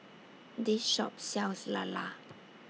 This Shop sells Lala